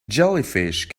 jellyfish